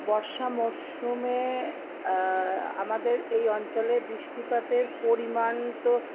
বর্ষা মরশুমে আমাদের এই অঞ্চলে বৃষ্টিপাতের পরিমাণ তো